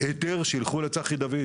הם גם שילמו מחיר יקר יחסית,